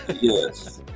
Yes